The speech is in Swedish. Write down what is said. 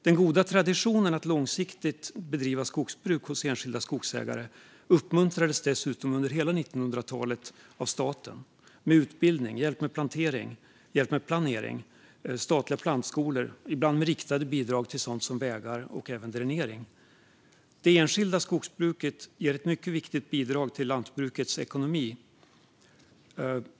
Den goda traditionen av långsiktigt bedrivet skogsbruk hos enskilda skogsägare uppmuntrades dessutom under hela 1900-talet av staten med utbildning, hjälp med planering, statliga plantskolor och ibland med riktade bidrag till sådant som vägar och dränering. Det enskilda skogsbruket ger ett mycket viktigt bidrag till lantbrukarnas ekonomi.